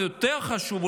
ויותר חשוב,